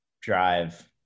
drive